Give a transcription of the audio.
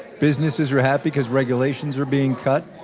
businesses are happy because regulations are being cut.